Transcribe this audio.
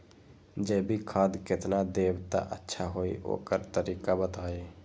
जैविक खाद केतना देब त अच्छा होइ ओकर तरीका बताई?